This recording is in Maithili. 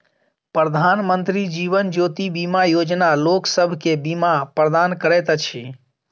प्रधानमंत्री जीवन ज्योति बीमा योजना लोकसभ के बीमा प्रदान करैत अछि